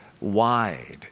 wide